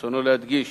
ברצוני להדגיש